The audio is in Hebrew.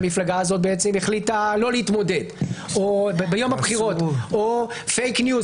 שהמפלגה החליטה לא להתמודד או פייק ניוז,